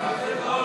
מסדר-היום